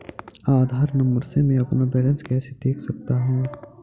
आधार number से मैं अपना बैलेंस कैसे देख सकता हूँ?